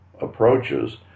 approaches